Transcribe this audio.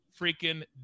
freaking